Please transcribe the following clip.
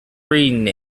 reading